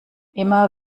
immer